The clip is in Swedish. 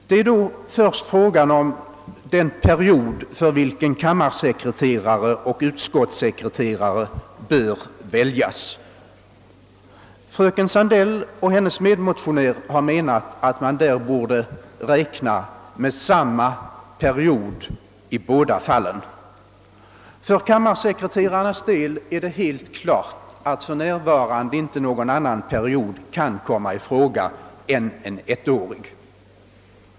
Det är först fråga om den period för vilken kammarsekreterare och utskottssekreterare bör väljas. Fröken Sandell och hennes medmotionär har menat att man borde räkna med samma period i båda fallen. Vad kammarsekreterarna beträffar är det helt klart att för närvarande inte någon annan period kan komma i fråga än en ettårig.